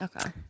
Okay